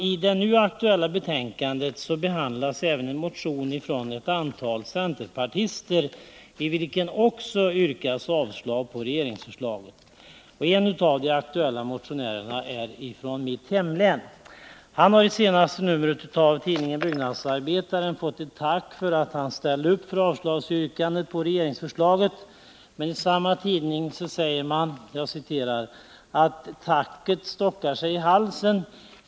I det nu aktuella betänkandet behandlas även en motion från ett antal centerpartister, i vilken också yrkas avslag på regeringsförslaget. En äv de aktuella motionärerna är från mitt hemlän. Han har i senaste numret av tidningen Byggnadsarbetaren fått ett tack för att han ställde upp för yrkandet om avslag på regeringsförslaget. Men i samma tidning säger man, att tacket stockar sig i halsen.